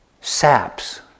saps